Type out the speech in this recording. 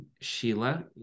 Sheila